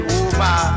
over